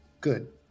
good